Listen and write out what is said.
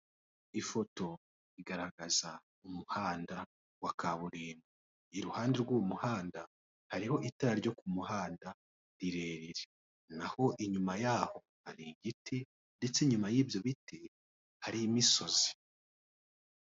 Ifoto igaragaza umuhanda wa kaburimbo iruhande rw'umuhanda hariho itara ryo ku muhanda rirerire, naho inyuma yaho hari igiti ndetse inyuma y'ibyo biti hari imisozi.